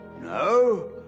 No